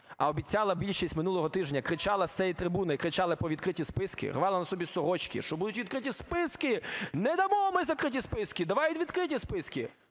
а обіцяла більшість минулого тижня, кричала з цієї трибуни, кричала про відкриті списки, рвала на собі сорочки, що будуть відкриті списки, не дамо ми закриті списки, давайте відкриті списки!